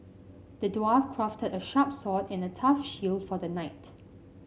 the dwarf crafted a sharp sword and a tough shield for the knight